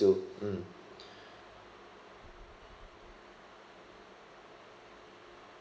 mm